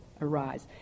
arise